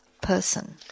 person